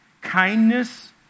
kindness